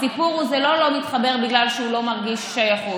הסיפור הוא שזה לא שהוא לא מתחבר בגלל שהוא לא מרגיש שייכות.